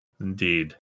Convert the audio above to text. Indeed